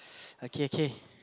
okay okay